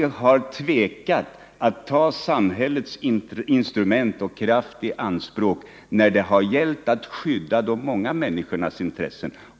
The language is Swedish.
Vi har aldrig tvekat att ta samhällets instrument och kraft i anspråk när det har gällt att skydda de många människornas intressen.